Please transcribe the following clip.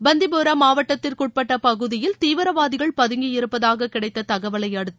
பந்திபோரா மாவட்டத்திற்குட்பட்ட பகுதியில் தீவிரவாதிகள் பதங்கியிருப்பதாக கிடைத்த தகவலை அடுத்து